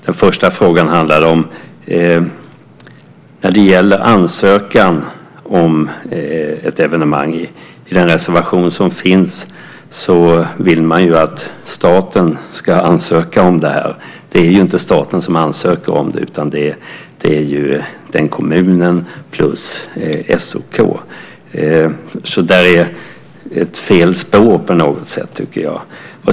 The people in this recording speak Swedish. Den första frågan handlar om den reservation som finns där man vill att staten ska ansöka om att få arrangera OS. Det är ju inte staten som ansöker om det, utan det är ju kommunen plus SOK, så det är fel spår på något sätt, tycker jag.